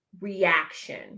reaction